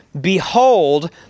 Behold